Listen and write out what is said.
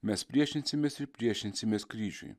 mes priešinsimės ir priešinsimės kryžiui